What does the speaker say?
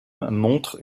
montre